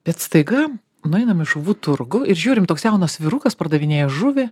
bet staiga nueinam į žuvų turgų ir žiūrim toks jaunas vyrukas pardavinėja žuvį